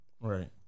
Right